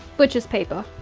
butcher's paper.